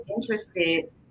interested